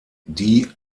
die